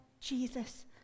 Jesus